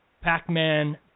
Pac-Man